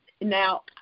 now